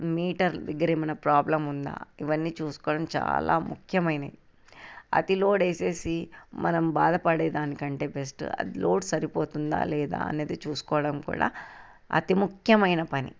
metre దగ్గర ఏమైనా problem ఉందా ఇవన్నీ చూసుకోవడం చాలా ముఖ్యమైనవి అతి లోడ్ వేసేసి మ దానికంటే బెస్ట్ అది లోడ్ సరిపోతుందా లేదా అనేది చూసుకోవడం కూడా అతి ముఖ్యమైన పని